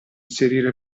inserire